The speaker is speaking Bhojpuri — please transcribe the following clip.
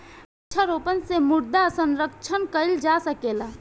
वृक्षारोपण से मृदा संरक्षण कईल जा सकेला